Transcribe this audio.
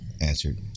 answered